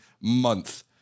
month